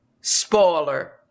spoiler